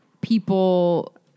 people